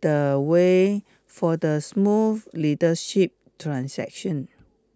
the way for the smooth leadership transaction